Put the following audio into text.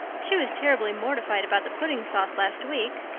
she was terribly mortified about the pudding sauce last week.